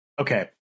Okay